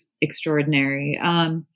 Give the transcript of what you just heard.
extraordinary